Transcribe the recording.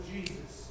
Jesus